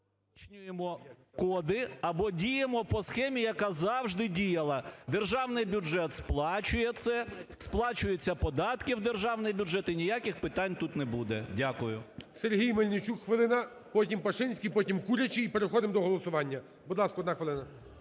Уточнюємо коди або діємо по схемі, яка завжди діяла. Державний бюджет сплачує це, сплачуються податки в державний бюджет, і ніяких питань тут не буде. Дякую. ГОЛОВУЮЧИЙ. Сергій Мельничук хвилина. Потім Пашинський, потім Курячий і переходимо до голосування. Будь ласка, одна хвилина.